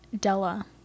Della